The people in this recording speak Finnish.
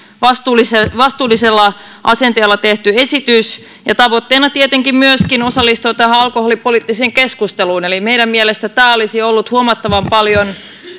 vastuullisella asenteella tehty esitys tavoitteena tietenkin myöskin osallistua tähän alkoholipoliittiseen keskusteluun meidän mielestämme tämä olisi ollut huomattavan paljon